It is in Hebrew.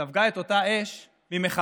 ספגה את אותה אש ממחבלים,